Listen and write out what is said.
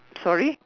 sorry